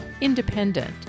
independent